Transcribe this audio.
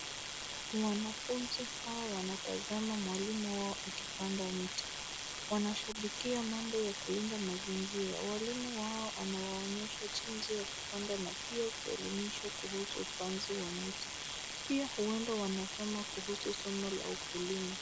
Wanafunzi ambao wanatazama mwalimu wao akipanda mti. Wanashabikia mambo ya kulinda mazingira. Walimu wao anawaonyesha jinsi ya kupanda na pia kuelimisha kuhusu upanzi wa miti. Pia huenda wanasoma kuhusu somo la ukulima.